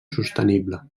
sostenible